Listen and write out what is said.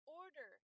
order